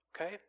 Okay